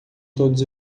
todos